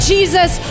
Jesus